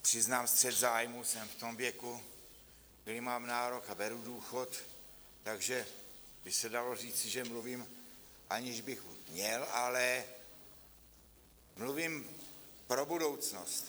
Přiznám střet zájmů, jsem v tom věku, kdy mám nárok, beru důchod, takže by se dalo říct, že mluvím, aniž bych měl, ale mluvím pro budoucnost.